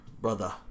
brother